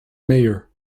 mayor